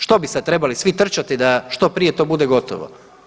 Što bi sad trebali svi trčati da što prije to bude gotovo?